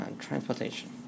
Transportation